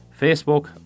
Facebook